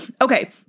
Okay